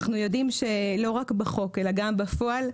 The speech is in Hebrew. אנחנו יודעים שלא רק בחוק אלא גם בפועל,